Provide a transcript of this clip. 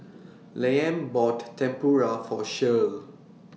Liam bought Tempura For Shirl